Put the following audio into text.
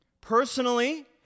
personally